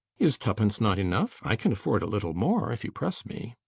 is twopence not enough? i can afford a little more, if you press me.